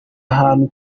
ahantu